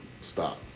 stop